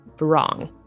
wrong